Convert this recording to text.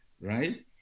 right